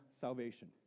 salvation